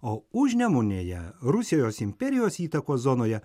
o užnemunėje rusijos imperijos įtakos zonoje